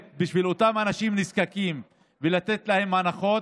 אותם אנשים נזקקים כדי לתת להם הנחות.